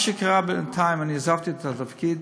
מה שקרה, בינתיים אני עזבתי את התפקיד.